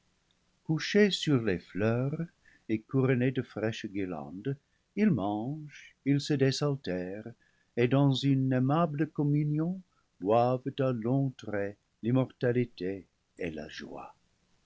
couchés sur les fleurs et couronnés de fraîches guirlandes ils mangent ils se désaltèrent et dans une aima ble communion boivent à longs traits l'immortalité et la joie